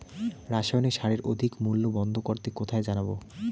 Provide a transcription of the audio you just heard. রাসায়নিক সারের অধিক মূল্য বন্ধ করতে কোথায় জানাবো?